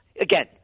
Again